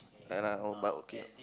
yeah lah oh but okay only